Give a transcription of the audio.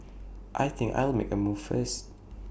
I think I'll make A move first